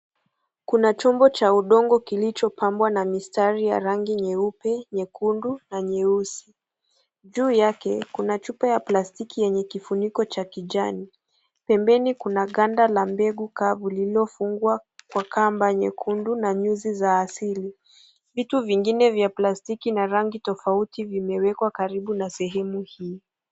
Kuna chombo cha udongo kilichopambwa na mistari ya rangi nyeupe, nyekundu na nyeusi. Juu yake kuna chupa ya platiki yenye kifuniko cha kijani. Pembeni kuna ganda la mbegu kavu lililofungwa kwa kamba nyekundu na nyuzi za asili. Vitu vingine vya plastiki na rangi tofauti vimewekwa karibu na sehemu hii.